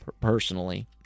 personally